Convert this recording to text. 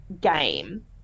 game